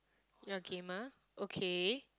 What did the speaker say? you're a gamer okay